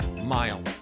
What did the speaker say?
mile